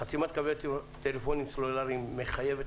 חסימת קווי טלפונים סלולריים מחייבת